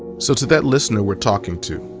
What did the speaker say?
so to that listener, we're talking to,